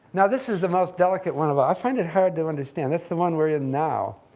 now, this is the most delicate one of all. i find it hard to understand. that's the one we're in now.